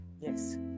yes